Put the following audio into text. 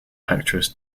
actress